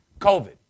COVID